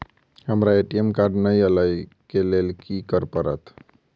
हमरा ATM card नै अई लई केँ लेल की करऽ पड़त?